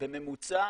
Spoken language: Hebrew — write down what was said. בממוצע